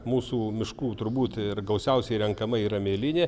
mūsų miškų turbūt ir gausiausiai renkama yra mėlynė